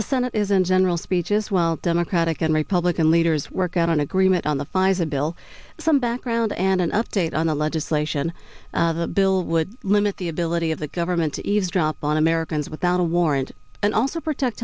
the senate isn't general speeches while democratic and republican leaders work out an agreement on the five a bill some background and an update on the legislation bill would limit the ability of the government to eavesdrop on americans without a warrant and also protect